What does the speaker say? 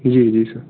जी जी सर